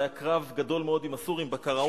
היה קרב גדול מאוד עם הסורים בקרעון,